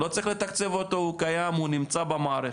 לא צריך לתקצב אותו, הוא קיים, הוא נמצא במערכת.